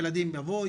ילדים יבואו,